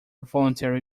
voluntary